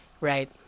right